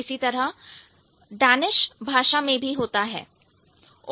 इसी तरह Danish Danish भाषा में भी होता है